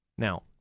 Now